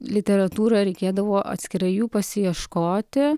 literatūrą reikėdavo atskirai jų pasiieškoti